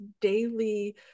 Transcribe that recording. daily